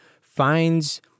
finds